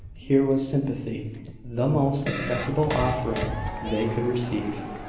here was sympathy the most acceptable offering they could receive.